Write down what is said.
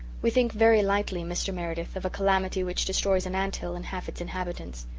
we think very lightly, mr. meredith, of a calamity which destroys an ant-hill and half its inhabitants.